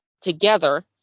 together